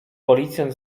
policjant